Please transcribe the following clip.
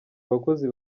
abakozi